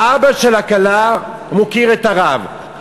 האבא של הכלה מוקיר את הרב,